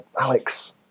Alex